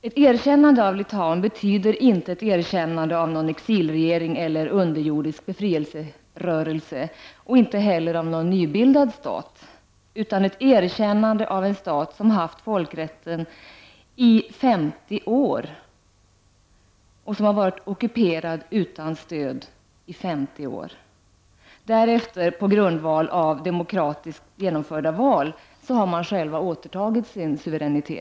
Ett erkännande av Litauen betyder inte ett erkännande av någon exilregering eller underjordisk befrielserörelse, inte heller av någon nybildad stat, utan det är ett erkännande av en stat som har varit ockuperad utan stöd av folkrätten i 50 år. Därefter har landet på grundval av demokratiskt genomförda val självt återtagit sin suveränitet.